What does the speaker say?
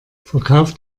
verkauft